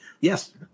Yes